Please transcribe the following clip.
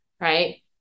Right